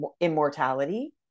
immortality